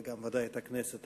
וגם ודאי את הכנסת.